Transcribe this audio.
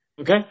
Okay